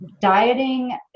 dieting